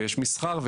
ויש מסחר,